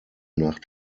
nach